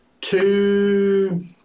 two